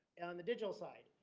on the digital side,